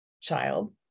child